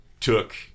took